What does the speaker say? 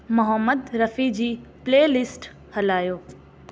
Mohammad Rafi ji playlist हलायो